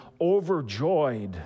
overjoyed